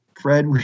Fred